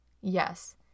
Yes